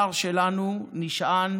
המוסר שלנו נשען